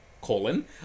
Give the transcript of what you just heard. colon